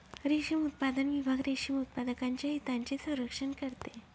रेशीम उत्पादन विभाग रेशीम उत्पादकांच्या हितांचे संरक्षण करते